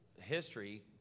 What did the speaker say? History